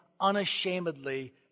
unashamedly